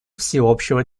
всеобщего